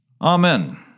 Amen